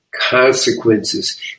consequences